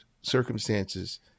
circumstances